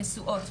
נשואות,